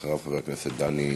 אחריו, חבר הכנסת דני עטר.